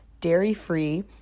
dairy-free